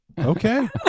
okay